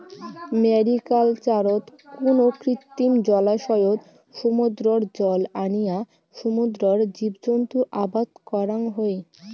ম্যারিকালচারত কুনো কৃত্রিম জলাশয়ত সমুদ্রর জল আনিয়া সমুদ্রর জীবজন্তু আবাদ করাং হই